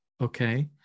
okay